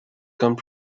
come